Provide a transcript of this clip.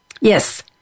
Yes